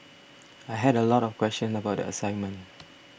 I had a lot of questions about the assignment